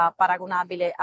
paragonabile